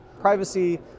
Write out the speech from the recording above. privacy